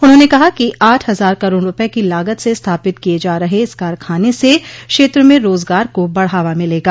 उन्होंने कहा कि आठ हजार करोड़ रूपये की लागत से स्थापित किये जा रहे इस कारखाने से क्षेत्र में रोजगार को बढ़ावा मिलेगा